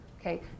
Okay